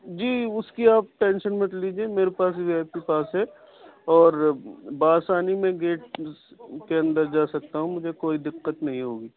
جی اس کی آپ ٹینشن مت لیجیے میرے پاس وی آئی پی پاس ہے اور بآسانی میں گیٹ کے اندر جا سکتا ہوں مجھے کوئی دقت نہیں ہوگی